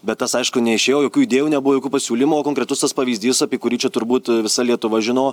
bet tas aišku neišėjo jokių idėjų nebuvo jokių pasiūlymų o konkretus tas pavyzdys apie kurį čia turbūt visa lietuva žino